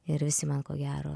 ir visi man ko gero